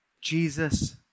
Jesus